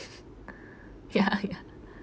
ya ya